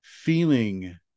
feeling